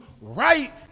right